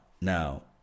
Now